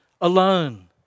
alone